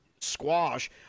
squash